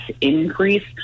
increase